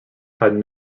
had